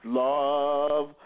love